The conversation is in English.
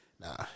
Nah